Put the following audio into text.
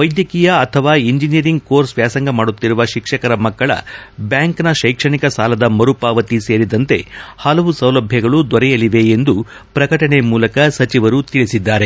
ವೈದ್ಯಕೀಯ ಅಥವಾ engineering course ವ್ಯಾಸಂಗ ಮಾಡುತ್ತಿರುವ ಶಿಕ್ಷಕರ ಮಕ್ಕಳ ಬ್ಯಾಂಕ್ನ ಶೈಕ್ಷಣಿಕ ಸಾಲದ ಮರುಪಾವತಿ ಸೇರಿದಂತೆ ಹಲವು ಸೌಲಭ್ಯಗಳು ದೊರೆಯಲಿವೆ ಎಂದು ಪ್ರಕಟಣೆ ಮೂಲಕ ಸಚಿವರು ತಿಳಿಸಿದ್ದಾರೆ